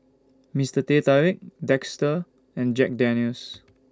Mister Teh Tarik and Jack Daniel's